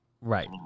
Right